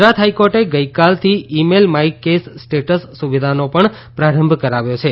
Gujarat high court ગઇકાલથી email my case status સુવિધાનો પણ પ્રારંભ કરાવ્યો છે